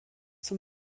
zum